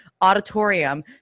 auditorium